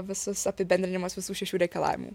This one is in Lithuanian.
visas apibendrinimas visų šešių reikalavimų